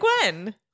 Gwen